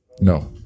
No